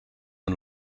een